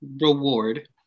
reward